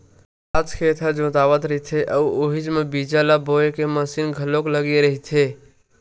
आज खेत ह जोतावत रहिथे अउ उहीच म बीजा ल बोए के मसीन घलोक लगे रहिथे